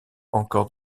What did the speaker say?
encore